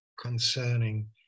concerning